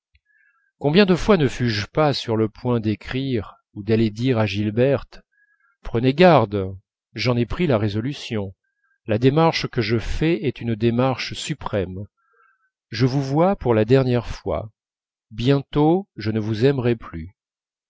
combien de fois ne fus-je pas sur le point d'écrire ou d'aller dire à gilberte prenez garde j'en ai pris la résolution la démarche que je fais est une démarche suprême je vous vois pour la dernière fois bientôt je ne vous aimerai plus